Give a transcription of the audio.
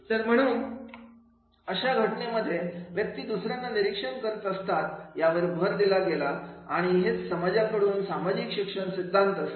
तर म्हणून अशा घटनेमध्ये व्यक्ती दुसऱ्यांना निरीक्षण करीत असतात यावर भर दिला गेला आणि हेच समाजाकडून सामाजिक शिक्षण सिद्धांत असेल